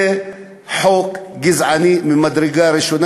זה חוק גזעני ממדרגה ראשונה,